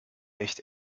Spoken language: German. echt